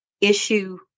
issue